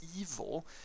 evil